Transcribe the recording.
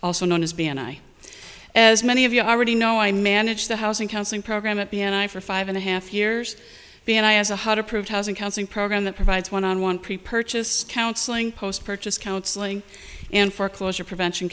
also known as b and i as many of you already know i managed the housing counseling program at the end i for five and a half years b and i as a how to prove housing counseling program that provides one on one pre purchase counseling post purchase counseling and foreclosure prevention